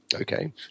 okay